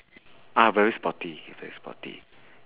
ah very sporty very sporty